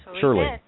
surely